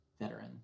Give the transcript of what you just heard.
veteran